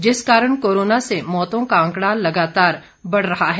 जिस कारण कोरोना से मौतों का आंकड़ा लगातार बढ़ रहा है